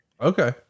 Okay